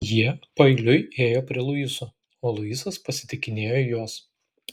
jie paeiliui ėjo prie luiso o luisas pasitikinėjo juos